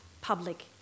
public